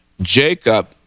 Jacob